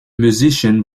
musician